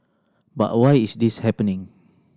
but why is this happening